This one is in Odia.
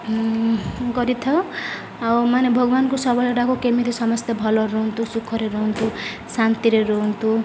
କରିଥାଉ ଆଉ ମାନେ ଭଗବାନଙ୍କୁ ସବୁବେଳେ ଡ଼ାକୁ କେମିତି ସମସ୍ତେ ଭଲରେ ରୁହନ୍ତୁ ସୁଖରେ ରୁହନ୍ତୁ ଶାନ୍ତିରେ ରୁହନ୍ତୁ